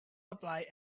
apply